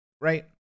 right